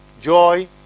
joy